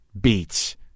beats